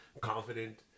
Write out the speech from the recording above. confident